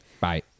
Bye